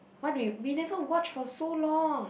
what do you we never watch for so long